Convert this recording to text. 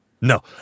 No